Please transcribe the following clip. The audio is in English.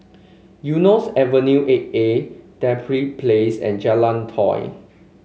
Eunos Avenue Eight A Dedap Place and Jalan Tiong